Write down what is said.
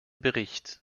bericht